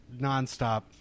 nonstop